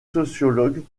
sociologues